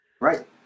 Right